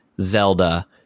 zelda